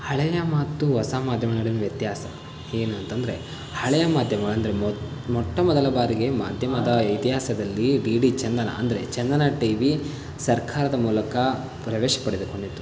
ಹಳೆಯ ಮತ್ತು ಹೊಸ ಮಾಧ್ಯಮಗಳ ನಡುವಿನ ವ್ಯತ್ಯಾಸ ಏನಂತಂದರೆ ಹಳೆಯ ಮಾಧ್ಯಮ ಅಂದರೆ ಮೊ ಮೊಟ್ಟ ಮೊದಲ ಬಾರಿಗೆ ಮಾಧ್ಯಮದ ಇತಿಹಾಸದಲ್ಲಿ ಡಿ ಡಿ ಚಂದನ ಅಂದರೆ ಚಂದನ ಟಿ ವಿ ಸರ್ಕಾರದ ಮೂಲಕ ಪ್ರವೇಶ ಪಡೆದುಕೊಂಡಿತು